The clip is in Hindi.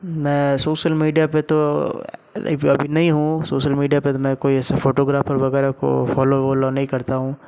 मैं सोशल मीडिया पर तो आवेलेबल नहीं हूँ सोशल मीडिया पर तो मैं कोई ऐसे फोटोग्राफ़र वगैरह को फॉलो वालों नहीं करता हूँ